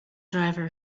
driver